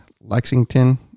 Lexington